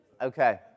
Okay